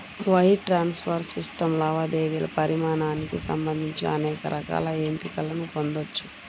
wire transfer system లావాదేవీల పరిమాణానికి సంబంధించి అనేక రకాల ఎంపికలను పొందొచ్చు